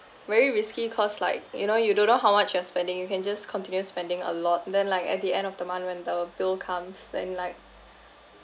very risky cause like you know you don't know how much you're spending you can just continue spending a lot then like at the end of the month when the bill comes then like